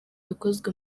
yakozwe